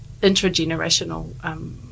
intergenerational